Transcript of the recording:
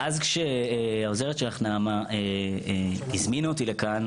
ואז כשהעוזרת שלך נעמה הזמינה אותי לכאן,